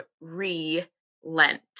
re-Lent